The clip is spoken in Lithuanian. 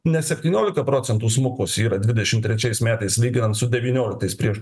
ne septyniolika procentų smukus yra dvidešimt trečiais metais lyginant su devynioliktais prieš